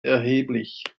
erheblich